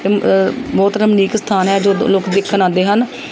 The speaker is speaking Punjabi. ਬਹੁਤ ਰਮਨੀਕ ਸਥਾਨ ਹੈ ਜੋ ਲੋਕ ਦੇਖਣ ਆਉਂਦੇ ਹਨ